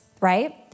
right